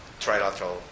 trilateral